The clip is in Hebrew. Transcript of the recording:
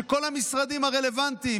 וכל המשרדים הרלוונטיים,